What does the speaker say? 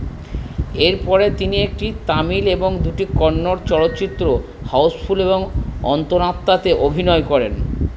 এরপরে তিনি একটি তামিল এবং দুটি কন্নড় চলচ্চিত্র হাউসফুল এবং অন্তরাত্মাতে অভিনয় করেন